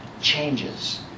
changes